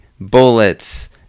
Bullets